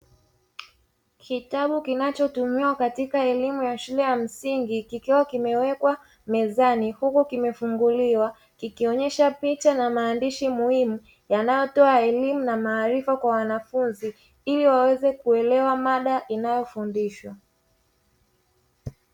Kitabu kinachotumiwa katika elimu ya shule ya msingi kikiwa kimewekwa mezani huku kimefunguliwa. Kikionyesha picha na maandishi muhimu yanayotoa elimu na maarifa kwa wanafunzi, ili waweze kuelewa mada inayofundishwa.